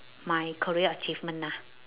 my career achievement lah